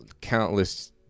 countless